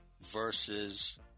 versus